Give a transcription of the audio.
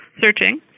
searching